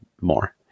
more